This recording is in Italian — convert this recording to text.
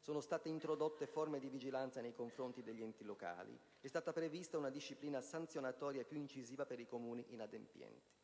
Sono state introdotte forme di vigilanza nei confronti degli enti locali. È stata prevista una disciplina sanzionatoria più incisiva per i Comuni inadempienti.